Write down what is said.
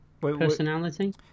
Personality